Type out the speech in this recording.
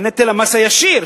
בנטל המס הישיר,